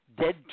dead